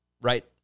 right